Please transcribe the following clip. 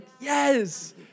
yes